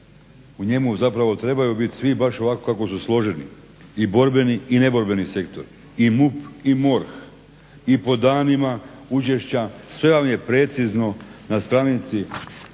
u njemu zapravo trebaju biti svi baš ovako kako su složeni i borbeni i neborbeni sektor i MUP i MORH i podanima učešća, sve vam je precizno na stranici